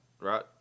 right